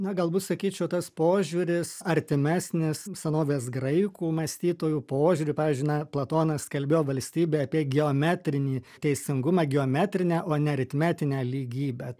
na galbūt sakyčiau tas požiūris artimesnis senovės graikų mąstytojų požiūriui pavyzdžiui na platonas kalbėjo valstybė apie geometrinį teisingumą geometrinę o ne aritmetinę lygybę